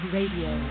Radio